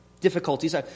difficulties